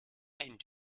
and